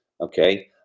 Okay